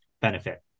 benefit